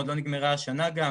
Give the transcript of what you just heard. עוד לא נגמרה השנה גם,